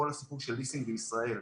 כל הסיפור של ליסינג בישראל.